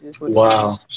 Wow